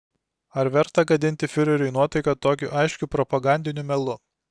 ar verta gadinti fiureriui nuotaiką tokiu aiškiu propagandiniu melu